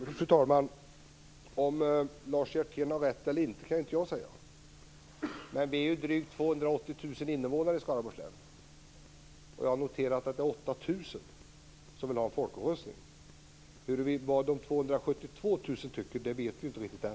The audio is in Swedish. Fru talman! Om Lars Hjertén har rätt eller inte kan jag inte säga, men vi är drygt 280 000 innevånare i Skaraborgs län. Jag har noterat att det är 8 000 som vill ha en folkomröstning. Vad de 272 000 tycker vet vi inte riktigt än.